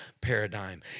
paradigm